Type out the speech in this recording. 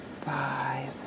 five